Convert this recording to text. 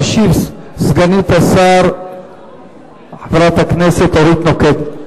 תשיב סגנית השר חברת הכנסת אורית נוקד.